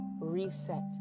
Reset